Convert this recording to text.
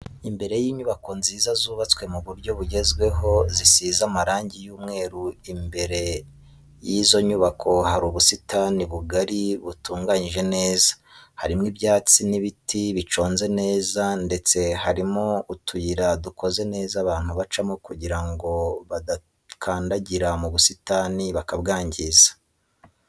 Imbere y'inyubako nziza zubatswe mu buryo bugezweho zisize amarangi y'umweru imbere y'izo nyubako hari ubusitani bugari butunganyijwe neza, harimo ibyatsi n'ibiti biconze neza ndetse harimo utuyira dukoze neza abantu bacamo kugirango badakandagira mu busitani bakabwangiza.